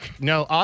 No